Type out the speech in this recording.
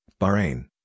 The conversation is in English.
Bahrain